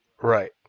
Right